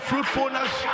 Fruitfulness